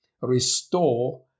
restore